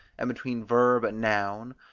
and between verb and noun,